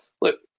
look